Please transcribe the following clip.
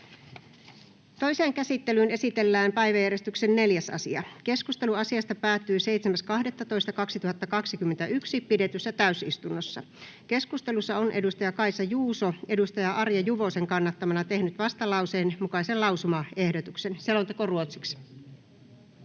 Toiseen käsittelyyn esitellään päiväjärjestyksen 3. asia. Keskustelu asiasta päättyi 7.12.2021 pidetyssä täysistunnossa. Keskustelussa on Ville Kaunisto Kaisa Juuson kannattamana tehnyt vastalauseen mukaisen lausumaehdotuksen. Lopuksi